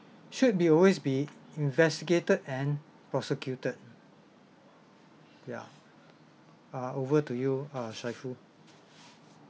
should be always be investigated and prosecuted yeah ah over to you uh shaiful